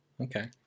Okay